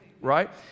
right